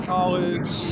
College